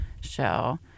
show –